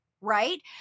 right